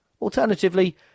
Alternatively